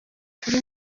kuri